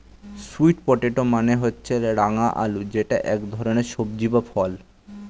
sweet potato মানে হচ্ছে রাঙা আলু যেটা এক ধরনের সবজি বা ফল